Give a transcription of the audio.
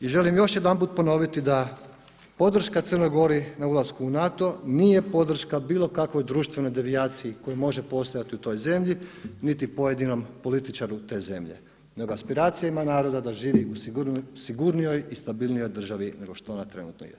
I želim još jedanput ponoviti da podrška Crnoj Gori na ulasku u NATO nije podrška bilo kakvoj društvenoj devijaciji koja može postojati u toj zemlji niti pojedinom političaru te zemlje, nego aspiracijama naroda da živi u sigurnijoj i stabilnoj državi nego što na trenutno jest.